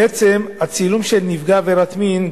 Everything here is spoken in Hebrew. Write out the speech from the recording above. בעצם הצילום של נפגע עבירת מין,